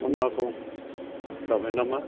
मा बुंनो जाबाय नामा